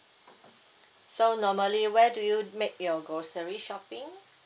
so normally where do you make your grocery shopping